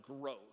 growth